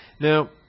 Now